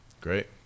Great